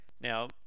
Now